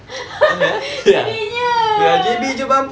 sedihnya